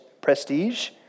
prestige